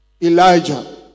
Elijah